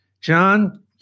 John